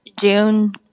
june